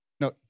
No